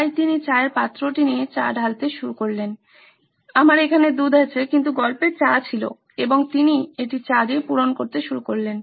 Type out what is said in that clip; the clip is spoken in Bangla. তাই তিনি চায়ের পাত্রটি নিয়ে চা ঢালতে শুরু করলেন আমার এখানে দুধ আছে কিন্তু গল্পে চা ছিল এবং তিনি এটি চা দিয়ে পূরণ করতে শুরু করলেন